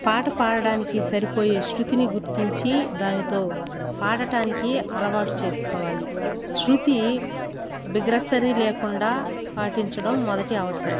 పాట పాడడానికి సరిపోయే శృతిని గుర్తించి దానితో పాడటానికి అలవాటు చేసుకోవాలి శృతి బిగ్రస్తరీ లేకుండా పాటించడం మొదటి అవసరం